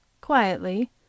QUIETLY